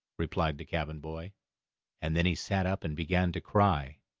replied the cabin boy and then he sat up and began to cry.